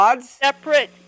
separate